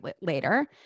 later